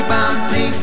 Bouncy